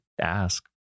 ask